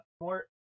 more